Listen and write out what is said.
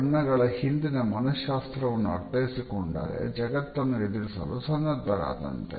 ಬಣ್ಣಗಳ ಹಿಂದಿನ ಮನಃಶಾಸ್ತ್ರವನ್ನು ಅರ್ಥೈಸಿಕೊಂಡರೆ ಜಗತ್ತನ್ನು ಎದುರಿಸಲು ಸನ್ನದ್ಧರಾದಂತೆ